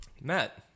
Matt